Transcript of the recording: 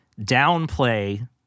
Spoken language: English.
downplay